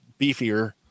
beefier